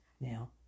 Now